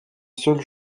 seul